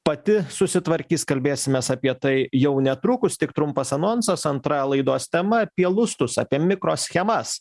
pati susitvarkys kalbėsimės apie tai jau netrukus tik trumpas anonsas antra laidos tema apie lustus apie mikroschemas